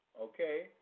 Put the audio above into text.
Okay